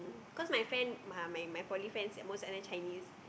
cause my friend uh my my poly friend at most of them Chinese